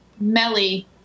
Melly